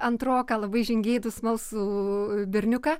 antroką labai žingeidų smalsų berniuką